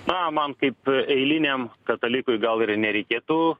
na man kaip eiliniam katalikui gal ir nereikėtų